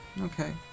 okay